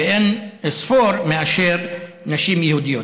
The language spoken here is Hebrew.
לאין-ערוך, מאשר בקרב נשים יהודיות.